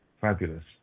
fabulous